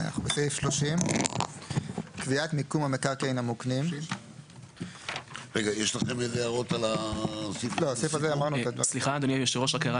כן, אנחנו בסעיף 30. סליחה אדוני, רק הערה